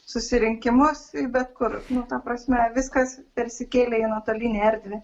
susirinkimus bet kur nu ta prasme viskas persikėlė į nuotolinę erdvę